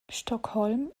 stockholm